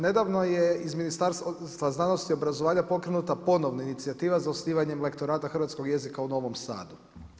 Nedavno je iz Ministarstva znanosti i obrazovanja pokrenuta ponovno inicijativa za osnivanje lektorata hrvatskog jezika u Novom Sadu.